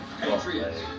Patriots